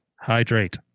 Hydrate